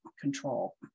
control